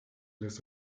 les